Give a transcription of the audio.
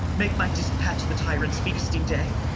make my dispatch the tyrant's feasting day.